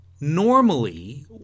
Normally